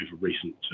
recent